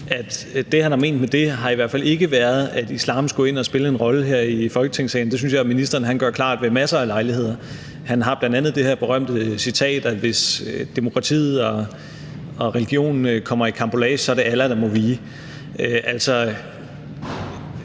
det, han har ment med det, i hvert fald ikke har været, at islam skulle ind og spille en rolle her i Folketingssalen. Det synes jeg jo ministeren gør klart ved masser af lejligheder. Han har bl.a. det her berømte citat, at hvis demokratiet og religionen kommer i karambolage, er det Allah, der må vige.